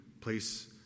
place